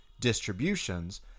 distributions –